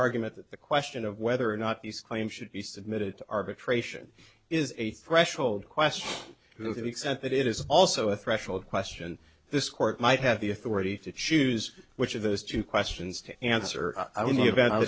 argument that the question of whether or not these claims should be submitted to arbitration is a threshold question who accept that it is also a threshold question this court might have the authority to choose which of those two questions to answer i